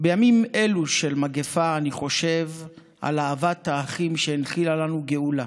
בימים אלו של מגפה אני חושב על אהבת האחים שהנחילה לנו גאולה,